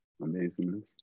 amazingness